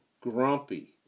grumpy